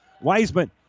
Wiseman